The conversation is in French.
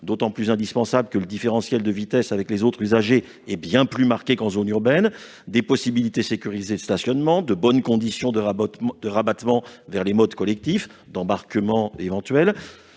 d'autant plus indispensables que le différentiel de vitesse avec les autres usagers est bien plus marqué qu'en zone urbaine, des possibilités sécurisées de stationnement et de bonnes conditions de rabattement et d'embarquement vers